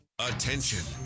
ATTENTION